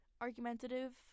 argumentative